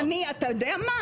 אתה יודע מה?